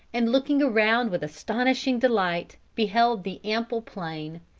and looking around with astonishing delight beheld the ample plain,